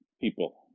people